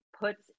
puts